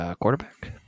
Quarterback